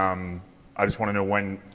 um i just wanna know when,